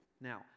Now